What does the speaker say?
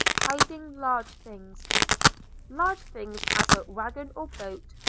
hiding large things large things, as a wagon or boat,